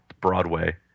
broadway